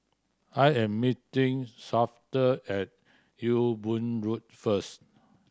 I am meeting Shafter at Ewe Boon Road first